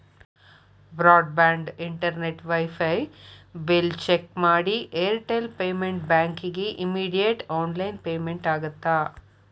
broad band internet WiFi bill check ಮಾಡಿ Airtel payment ಬ್ಯಾಂಕಿಗಿ immediate online payment ಆಗತ್ತಾ